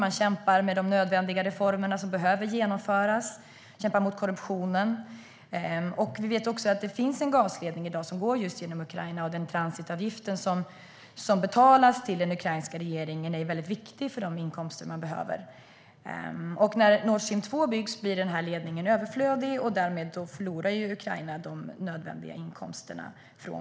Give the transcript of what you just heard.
Man kämpar med de nödvändiga reformer som behöver genomföras. Man kämpar mot korruptionen. Vi vet också att det finns en gasledning i dag som går genom just Ukraina. Den transitavgift som betalas till den ukrainska regeringen är en viktig inkomst. När Nordstream 2 byggs kommer den här ledningen att bli överflödig. Därmed förlorar Ukraina de nödvändiga inkomsterna.